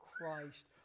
Christ